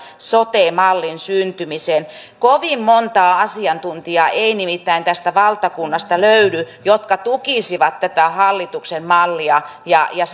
sote mallin syntymisen kovin monta asiantuntijaa ei nimittäin tästä valtakunnasta löydy jotka tukisivat tätä hallituksen mallia ja ja